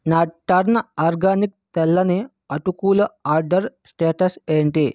నా turn organic తెల్లని అటుకుల ఆర్డర్ స్టేటస్ ఏంటి